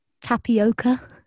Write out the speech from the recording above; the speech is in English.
tapioca